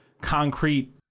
concrete